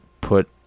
put